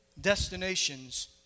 destinations